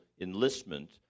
enlistment